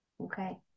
Okay